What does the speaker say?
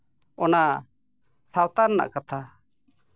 ᱚᱱᱟ ᱥᱟᱶᱛᱟ ᱨᱮᱱᱟᱜ ᱠᱟᱛᱷᱟ